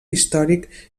històric